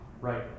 Right